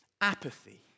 apathy